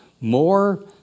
More